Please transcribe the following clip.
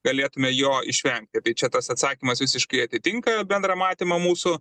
galėtume jo išvengti tai čia tas atsakymas visiškai atitinka bendrą matymą mūsų